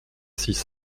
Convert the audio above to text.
six